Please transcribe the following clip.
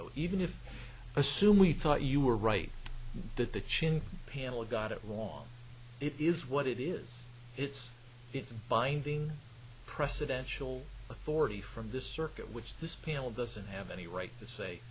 though even if assume we thought you were right that the chin panel got it wrong it is what it is it's it's binding presidential authority from this circuit which this panel doesn't have any right to say